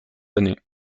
années